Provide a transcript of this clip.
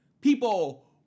people